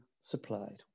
supplied